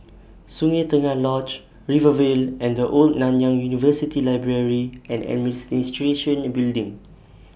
Sungei Tengah Lodge Rivervale and The Old Nanyang University Library and Administration Building